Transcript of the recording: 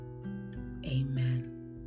amen